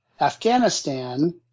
Afghanistan